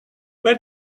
where